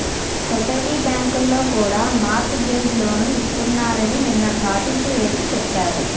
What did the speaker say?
society బ్యాంకుల్లో కూడా mortgage లోన్లు ఇస్తున్నారని నిన్న చాటింపు వేసి చెప్పారు